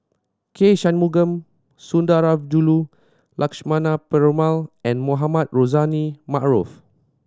K Shanmugam Sundarajulu Lakshmana Perumal and Mohamed Rozani Maarof